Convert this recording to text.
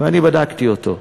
ואני בדקתי אותו.